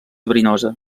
verinosa